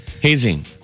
Hazing